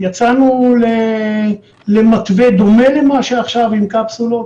יצאנו למתווה דומה למה שעכשיו עם קפסולות.